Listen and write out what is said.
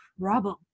problem